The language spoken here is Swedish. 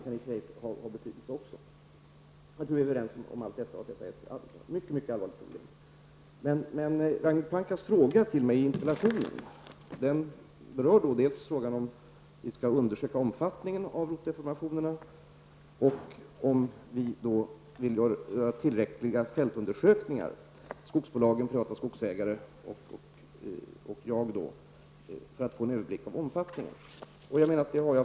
Jag tror att vi är överens om detta och att det är ett mycket allvarligt problem. Ragnhild Pohankas frågeställning i interpellationen berör dels om vi skall undersöka omfattningen av rotdeformationerna, dels om vi vill göra tillräckliga fältundersökningar -- skogsbolagen, privata skogsägare och jag -- för att få en överblick av omfattningen. Jag har svarat på detta.